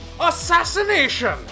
Assassination